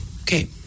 Okay